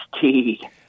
tea